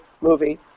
movie